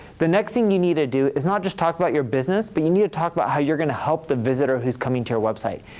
the next thing you need to do is not just talk about your business, but you need to talk about how you're going to help the visitor who's coming to your website.